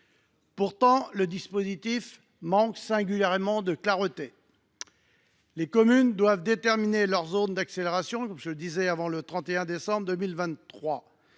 Pourtant, le dispositif manque singulièrement de clarté. Les communes doivent déterminer leurs zones d’accélération avant le 31 décembre 2023.